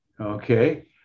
Okay